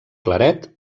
claret